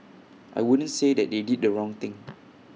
I wouldn't say that they did the wrong thing